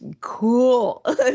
cool